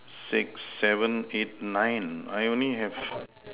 six seven eight nine I only have